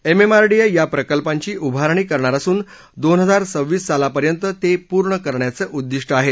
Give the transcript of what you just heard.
MMMRDA या प्रकल्पांची उभारणी करणार असून दोन हजार सव्वीस सालापर्यंत ते पूर्ण करण्याचं उद्दिष्ट आहे